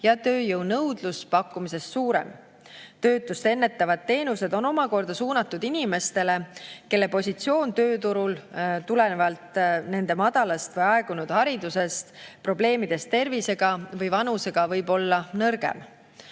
ja tööjõunõudlus pakkumisest suurem. Töötust ennetavad teenused on omakorda suunatud inimestele, kelle positsioon tööturul tulenevalt nende madalast või aegunud haridusest, probleemidest tervisega või vanusega võib olla nõrgem.